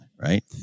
right